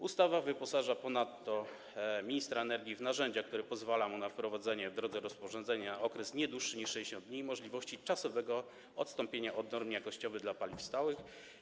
Ustawa wyposaża ponadto ministra energii w narzędzia, które pozwalają mu na wprowadzenie w drodze rozporządzenia, na okres nie dłuższy niż 60 dni, możliwości czasowego odstąpienia od norm jakościowych dla paliw stałych.